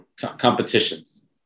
competitions